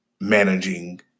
managing